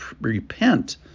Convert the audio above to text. repent